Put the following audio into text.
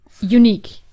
unique